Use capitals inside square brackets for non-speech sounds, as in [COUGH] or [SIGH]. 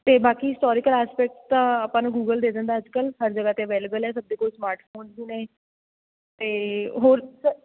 ਅਤੇ ਬਾਕੀ [UNINTELLIGIBLE] ਤਾਂ ਆਪਾਂ ਨੂੰ ਗੂਗਲ ਦੇ ਦਿੰਦਾ ਅੱਜ ਕੱਲ੍ਹ ਹਰ ਜਗ੍ਹਾ 'ਤੇ ਅਵੇਲੇਬਲ ਹੈ ਸਾਡੇ ਕੋਲ ਸਮਾਰਟ ਫ਼ੋਨ ਵੀ ਨੇ ਅਤੇ ਹੋਰ ਸਰ